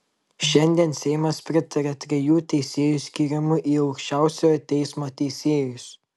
šiandien seimas pritarė trijų teisėjų skyrimui į aukščiausiojo teismo teisėjus